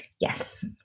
Yes